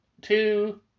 two